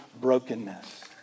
brokenness